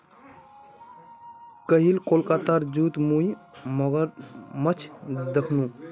कईल कोलकातार जूत मुई मगरमच्छ दखनू